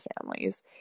families